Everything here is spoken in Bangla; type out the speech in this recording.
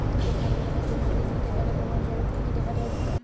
কন্যার বিবাহের জন্য ঋণ নিতে গেলে প্রমাণ স্বরূপ কী কী দেখাতে হবে?